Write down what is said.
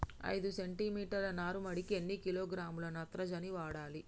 ఐదు సెంటి మీటర్ల నారుమడికి ఎన్ని కిలోగ్రాముల నత్రజని వాడాలి?